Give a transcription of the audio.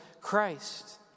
Christ